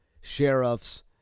sheriff's